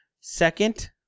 second